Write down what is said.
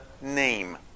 name